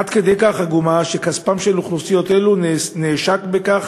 עד כדי כך עגומה שכספן של אוכלוסיות אלו נעשק בכך